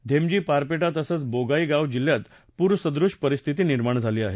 धेमजी पारपेटा तसंच बोगाई गाव जिल्ह्यात पुरसदृश परिस्थिती निर्माण झाली आहे